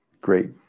great